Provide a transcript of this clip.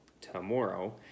tomorrow